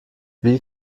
wie